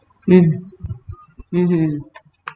mm mmhmm